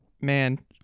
man